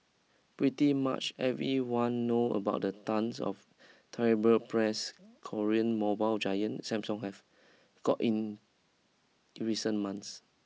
pretty much everyone know about the tonnes of terrible press Korean mobile giant Samsung has gotten in in recent months